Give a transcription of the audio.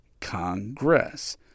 Congress